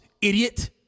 idiot